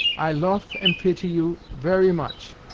i loaf and pity you very much,